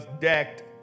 decked